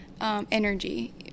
Energy